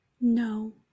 No